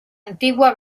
antigua